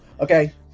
Okay